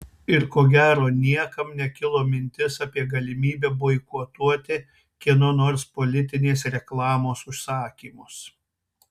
ir ko gero niekam nekilo mintis apie galimybę boikotuoti kieno nors politinės reklamos užsakymus